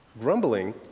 Grumbling